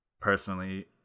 personally